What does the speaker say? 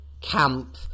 camp